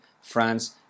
France